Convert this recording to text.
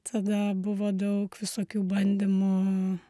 tada buvo daug visokių bandymų